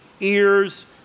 ears